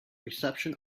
reception